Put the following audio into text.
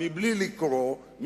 בלי לקרוא,